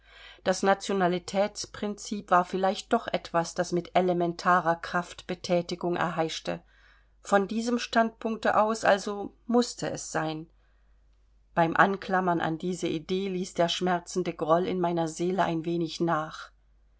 das nationalitätsprinzip war vielleicht doch etwas das mit elementarer kraft bethätigung erheischte von diesem standpunkte aus also mußte es sein beim anklammern an diese idee ließ der schmerzende groll in meiner seele ein wenig nach